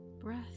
Breath